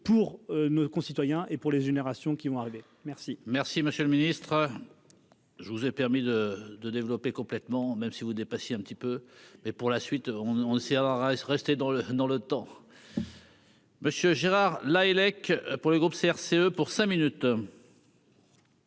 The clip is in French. pour nos concitoyens et pour les générations qui vont arriver, merci. Merci, monsieur le Ministre, je vous ai permis de de développer complètement même si vous passer un petit peu mais pour la suite, on le sait, à la Rice rester dans le dans le temps. Monsieur Gérard Lahellec pour le groupe CRCE pour cinq minutes.